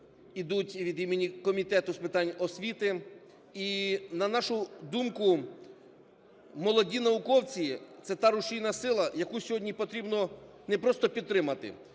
йдуть від імені Комітету з питань освіти. І, на нашу думку, молоді науковці – це та рушійна сила, яку сьогодні потрібно не просто підтримати,